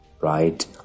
right